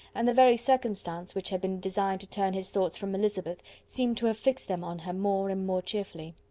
and the very circumstance which had been designed to turn his thoughts from elizabeth seemed to have fixed them on her more and more cheerfully.